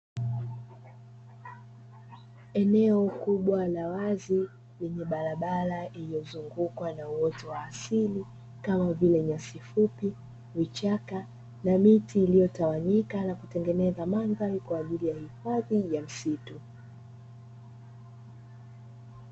Eneo kubwa la wazi lenye barabara iliyozungukwa na uoto wa asili kama vile nyasi fupi, vichaka na miti iliyotawanyika na kutengeneza mandhari kwa ajili ya hifadhi ya msitu.